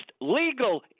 legal